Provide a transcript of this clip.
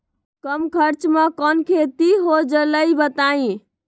कम खर्च म कौन खेती हो जलई बताई?